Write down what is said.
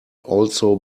also